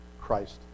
Christ